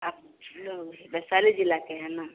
आप लोग वैशाली जिला के है न